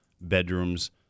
bedrooms